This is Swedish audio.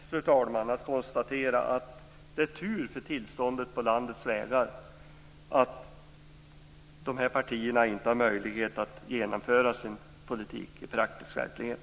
Det är ganska lätt att konstatera att det är tur för tillståndet på landets vägar att de här partierna inte har möjlighet att genomföra sin politik i praktisk verklighet.